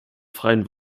freien